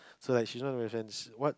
so like she's one of my friends what